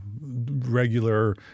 regular